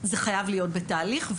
זה חייב להיות בתהליך,